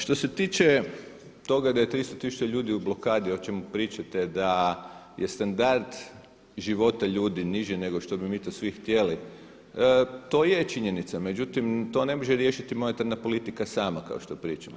Što se tiče toga da je 300 tisuća ljudi u blokadi o čemu pričate, da je standard života ljudi nego što bi mi to svi htjeli to je činjenica, međutim to ne može riješiti monetarna politika sama kao što pričamo.